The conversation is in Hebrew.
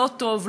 לא טוב,